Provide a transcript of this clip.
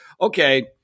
okay